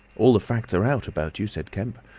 all the facts are out about you, said kemp,